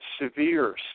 severe